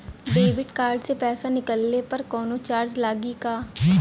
Debit card से पैसा निकलले पर कौनो चार्ज लागि का?